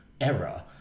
error